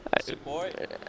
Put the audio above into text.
support